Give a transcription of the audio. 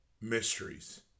mysteries